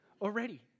already